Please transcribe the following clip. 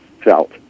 felt